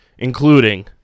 Including